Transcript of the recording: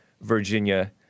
Virginia